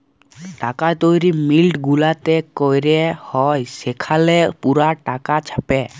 টাকা তৈরি মিল্ট গুলাতে ক্যরা হ্যয় সেখালে পুরা টাকা ছাপে